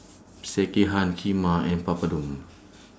Sekihan Kheema and Papadum